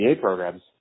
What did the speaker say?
programs